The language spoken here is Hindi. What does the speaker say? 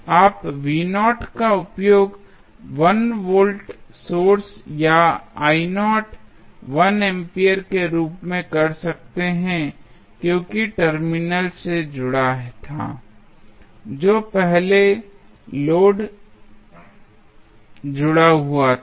आप का उपयोग 1 वोल्ट सोर्स या 1 एंपियर के रूप में कर सकते हैं क्योंकि टर्मिनल से जुड़ा था जो पहले लोड जुड़ा हुआ था